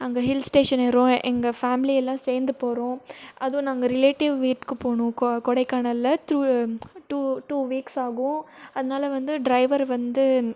நாங்கள் hills station ஏறுறோம் எங்கள் ஃபேம்லி எல்லாம் சேர்ந்து போகிறோம் அதுவும் நாங்கள் ரிலேட்டிவ் வீட்டுக்குப் போகணும் கொ கொடைக்கானலில் த்ரு டூ டூ வீக்ஸ் ஆகும் அதனால வந்து ட்ரைவர் வந்து